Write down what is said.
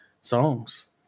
songs